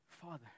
Father